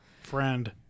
Friend